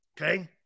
Okay